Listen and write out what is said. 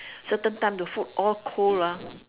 certain time the food all cold ah